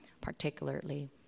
particularly